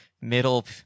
middle